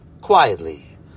quietly